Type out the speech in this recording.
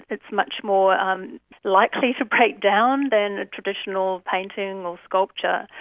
it's much more um likely to break down than a traditional painting or sculpture.